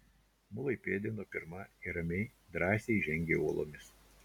mulai pėdino pirma ir ramiai drąsiai žengė uolomis